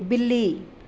ਬਿੱਲੀ